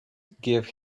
give